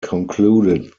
concluded